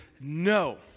no